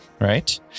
right